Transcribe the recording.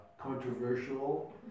controversial